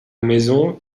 maison